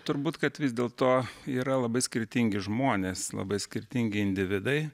turbūt kad vis dėlto yra labai skirtingi žmonės labai skirtingi individai